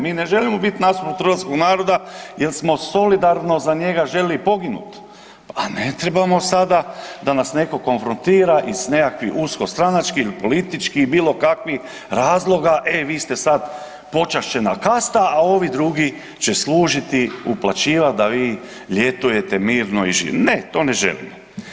Mi ne želimo biti nasuprot hrvatskog naroda jer smo solidarno za njega želili poginut, a ne trebamo sada da nas neko konfrontira i s nekakvih usko stranačkih, političkih i bilo kakvih razloga, e vi ste sada počašćena kasta, a ovi drugi će služiti, uplaćivat da vi ljetujete mirno, ne to ne želimo.